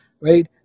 Right